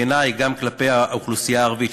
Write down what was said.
בעיני גם כלפי האוכלוסייה הערבית.